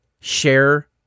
share